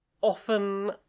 often